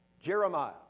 Jeremiah